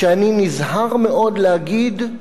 כשאני נזהר מאוד להגיד,